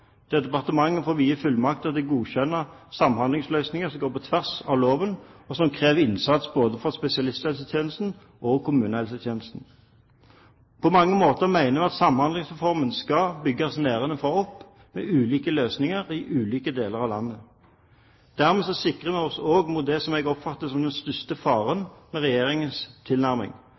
forsøkslov, der departementet får vide fullmakter til å godkjenne samhandlingsløsninger som går på tvers av lovene, og som krever innsats fra både spesialisthelsetjenesten og kommunehelsetjenesten. På mange måter mener vi at Samhandlingsreformen skal bygges nedenfra og opp – med ulike løsninger i ulike deler av landet. Dermed sikrer vi oss også mot det som jeg oppfatter som den største faren med Regjeringens tilnærming